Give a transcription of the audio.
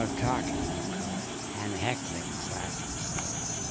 ah talking, of course, and heckling back and forth.